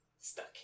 stuck